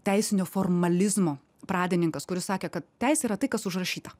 teisinio formalizmo pradininkas kuris sakė kad teisė yra tai kas užrašyta